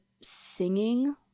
singing